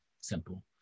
simple